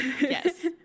Yes